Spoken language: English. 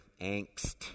angst